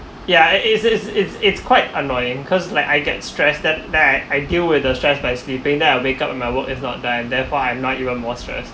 yeah it is it's it's it's quite annoying cause like I get stressed then then I I deal with the stress by sleeping then I make up in my work if not die therefore I'm now even more stress